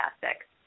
fantastic